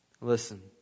Listen